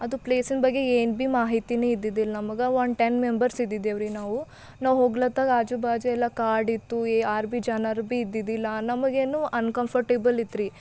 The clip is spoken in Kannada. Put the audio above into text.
ಅದು ಪ್ಲೇಸಿನ ಬಗ್ಗೆ ಏನು ಬಿ ಮಾಹಿತಿನ ಇದ್ದಿದ್ದಿಲ್ಲ ನಮ್ಗೆ ಒಂದು ಟೆನ್ ಮೆಂಬರ್ಸ್ ಇದ್ದಿದ್ದೆವ್ರಿ ನಾವು ನಾವು ಹೋಗ್ಲತ್ತಾಗ ಆಜು ಬಾಜು ಎಲ್ಲ ಕಾಡಿತ್ತು ಯಾರು ಬಿ ಜನರು ಬಿ ಇದ್ದಿದ್ದಿಲ್ಲ ನಮಗೇನು ಅನ್ಕಂಫರ್ಟೆಬಲ್ಲಿತ್ರಿ